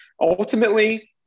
ultimately